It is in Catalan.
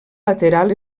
lateral